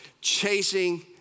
chasing